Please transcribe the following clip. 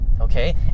okay